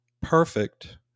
perfect